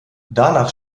danach